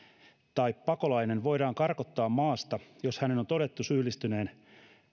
tai pakolainen voidaan karkottaa maasta jos hänen on todettu syyllistyneen